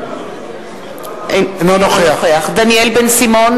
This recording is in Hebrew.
אינו נוכח דניאל בן-סימון,